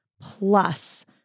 plus